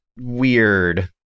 weird